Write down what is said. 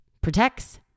Protects